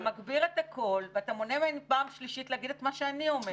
אתה מהגביר את הקול ואתה מונע ממני פעם שלישית להגיד את מה שאני אומרת.